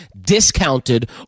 discounted